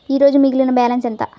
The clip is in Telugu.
ఈరోజు మిగిలిన బ్యాలెన్స్ ఎంత?